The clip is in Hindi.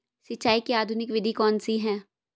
सिंचाई की आधुनिक विधि कौनसी हैं?